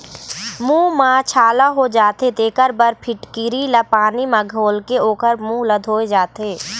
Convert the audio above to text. मूंह म छाला हो जाथे तेखर बर फिटकिरी ल पानी म घोलके ओखर मूंह ल धोए जाथे